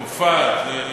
מופע, כן,